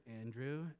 Andrew